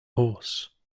horse